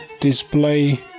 display